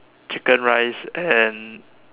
chicken rice and